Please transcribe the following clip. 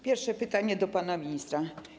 Pierwsze pytanie do pana ministra: